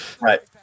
right